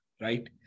right